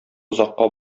озакка